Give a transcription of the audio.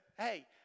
Hey